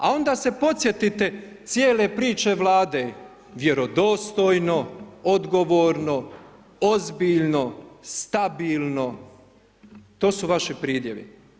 A onda se podsjetiti cijele priče vlade, vjerodostojno, odgovorno, ozbiljno, stabilno, to su vaši pridjevi.